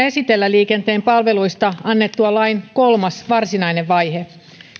esitellä liikenteen palveluista annetun lain kolmas varsinainen vaihe